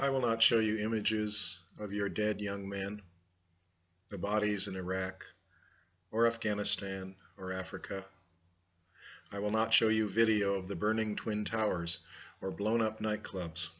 i will not show you images of your dead young men the bodies in iraq or afghanistan or africa i will not show you video of the burning twin towers or blown up nightclubs